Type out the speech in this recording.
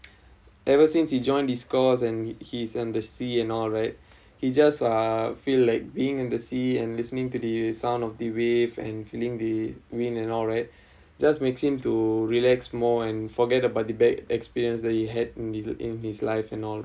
ever since he joined this course and he's and the sea and all right he just uh feel like being in the sea and listening to the sound of the wave and feeling the wind and all right just makes him to relax more and forget about the bad experience that he had in in his life and all